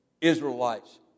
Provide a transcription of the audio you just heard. Israelites